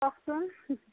কওকচোন